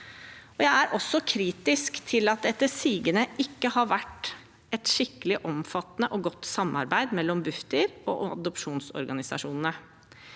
Jeg er også kritisk til at det etter sigende ikke har vært et skikkelig, omfattende og godt samarbeid mellom Bufdir og adopsjonsorganisasjonene.